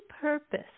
purpose